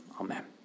Amen